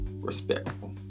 respectful